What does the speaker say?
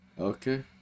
Okay